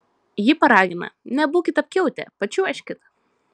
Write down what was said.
ji paragina nebūkit apkiautę pačiuožkit